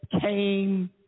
came